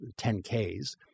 10k's